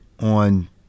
on